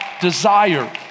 desire